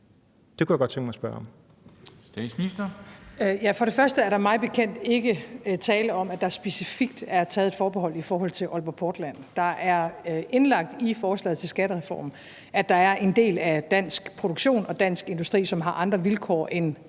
Kl. 13:44 Statsministeren (Mette Frederiksen): For det første er der mig bekendt ikke tale om, at der specifikt er taget et forbehold i forhold til Aalborg Portland. Der er indlagt i forslaget til skattereformen, at der er en del af dansk produktion og dansk industri, som har anderledes vilkår end